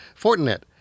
Fortinet